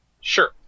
Sure